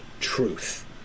truth